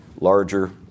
larger